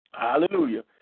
Hallelujah